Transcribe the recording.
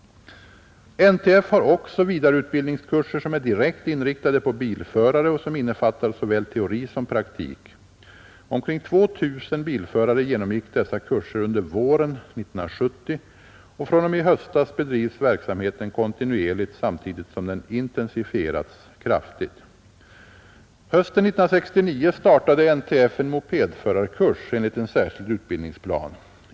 NTF har även vidareutbildningskurser som är direkt inriktade på bilförare och som innefattar såväl teori som praktik. Omkring 2 000 bilförare genomgick dessa kurser under våren 1970, och fr.o.m. i höstas bedrivs verksamheten kontinuerligt samtidigt som den intensifierats kraftigt. Hösten 1969 startade NTF en mopedförarkurs enligt en särskild utbildningsplan.